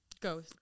Go